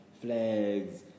flags